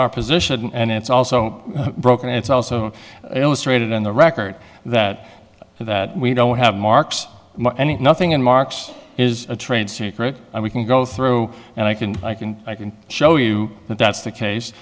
our position and it's also broken and it's also illustrated in the record that that we don't have marks any nothing in marks is a trade secret and we can go through and i can i can i can show you that that's the case